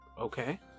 Okay